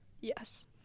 yes